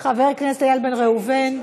לא, תודה רבה.